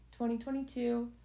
2022